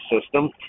system